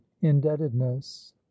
indebtedness